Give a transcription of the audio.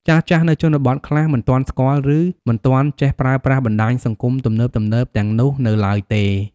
ចាស់ៗនៅជនបទខ្លះមិនទាន់ស្គាល់ ឬមិនទាន់ចេះប្រើប្រាស់បណ្ដាញសង្គមទំនើបៗទាំងនោះនៅឡើយទេ។